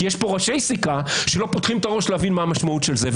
כי יש פה ראשי סיכה שלא פותחים את הראש להבין מה המשמעות של זה.